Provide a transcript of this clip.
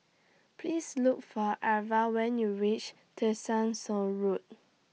Please Look For Irva when YOU REACH Tessensohn Road